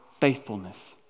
faithfulness